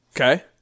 Okay